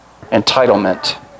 Entitlement